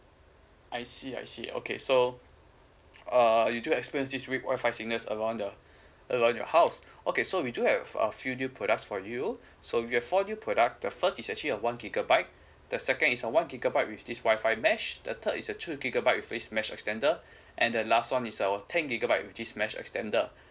I see I see okay so uh you do experience this weak wifi signal around the around your house okay so we do have a few new products for you we have four new products the first is actually a one gigabyte the second is a one gigabyte with this wifi mesh the third is a two gigabyte this mesh extender and the last one is our ten gigabytes with this mesh extended